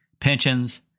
pensions